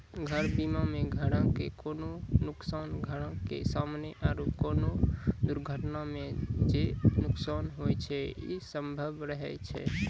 घर बीमा मे घरो के कोनो नुकसान, घरो के समानो आरु कोनो दुर्घटना मे जे नुकसान होय छै इ सभ्भे रहै छै